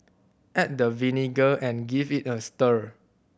add the vinegar and give it a stir